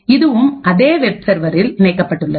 இதுவும் அதே வெப் சர்வரில் இணைக்கப்பட்டுள்ளது